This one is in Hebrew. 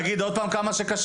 להגיד עוד פעם כמה שקשה?